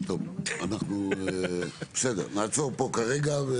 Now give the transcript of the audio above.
טוב, אנחנו נעצור פה כרגע.